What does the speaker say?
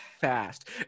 fast